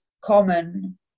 common